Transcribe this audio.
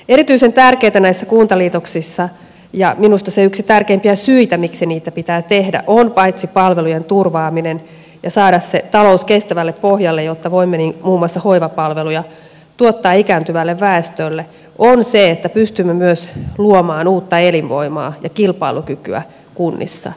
erityisen tärkeätä näissä kuntaliitoksissa ja minusta se on yksi tärkeimpiä syitä miksi niitä pitää tehdä on paitsi palvelujen turvaaminen ja saada talous kestävälle pohjalle jotta voimme muun muassa hoivapalveluja tuottaa ikääntyvälle väestölle se että pystymme myös luomaan uutta elinvoimaa ja kilpailukykyä kunnissa